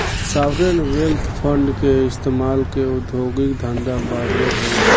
sovereign wealth fund के इस्तमाल से उद्योगिक धंधा बरियार होला